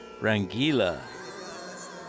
Rangila